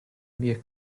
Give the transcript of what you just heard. mie